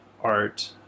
art